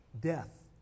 Death